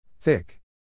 Thick